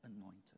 anointed